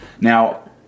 now